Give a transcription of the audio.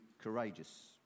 courageous